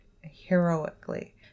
heroically